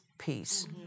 peace